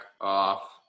off